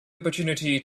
opportunity